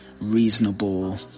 reasonable